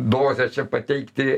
dozę čia pateikti